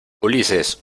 ulises